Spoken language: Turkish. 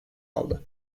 aldı